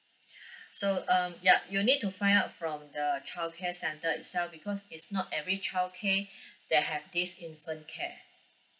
so um yup you need to find out from the childcare centre itself because it's not every childcare they have this infant care